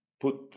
put